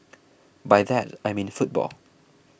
by that I mean football